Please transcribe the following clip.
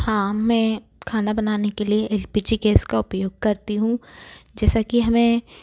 हाँ मैं खाना बनाने के लिए एल पी जी गैस का उपयोग करती हूँ जैसा कि हमें